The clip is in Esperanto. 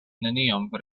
neniam